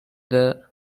the